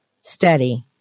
steady